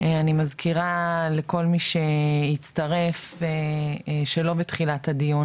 אני מזכירה לכל מי שהצטרף שלא בתחילת הדיון